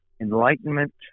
enlightenment